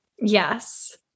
Yes